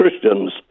Christians